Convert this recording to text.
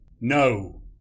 No